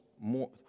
more